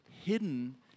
hidden